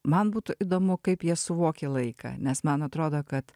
man būtų įdomu kaip jie suvokia laiką nes man atrodo kad